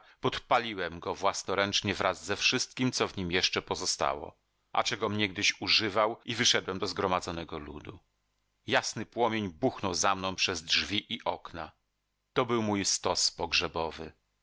podpaliłem go własnoręcznie wraz ze wszystkiem co w nim jeszcze pozostało a czegom niegdyś używał i wyszedłem do zgromadzonego ludu jasny płomień buchnął za mną przez drzwi i okna to był mój stos pogrzebowy